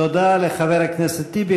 תודה לחבר הכנסת טיבי.